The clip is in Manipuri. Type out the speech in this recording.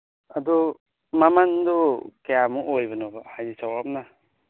ꯑꯗꯨ ꯃꯃꯟꯗꯨ ꯀꯌꯥꯃꯨꯛ ꯑꯣꯏꯕꯅꯣꯕ ꯍꯥꯏꯗꯤ ꯆꯥꯎꯔꯥꯛꯅ